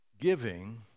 Giving